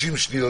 60 שניות.